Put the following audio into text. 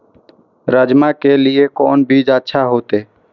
राजमा के लिए कोन बीज अच्छा होते?